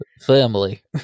Family